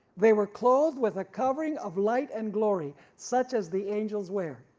they were clothed with a covering of light and glory, such as the angels wear.